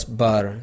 bar